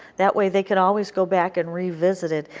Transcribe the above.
that way they can always go back and revisit it.